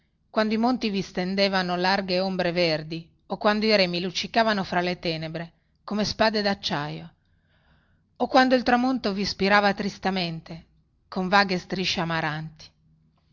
quando i monti vi stendevano larghe ombre verdi o quando i remi luccicavano fra le tenebre come spade dacciaio o quando il tramonto vi spirava tristamente con vaghe striscie amaranti